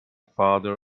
father